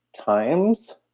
times